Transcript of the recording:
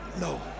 No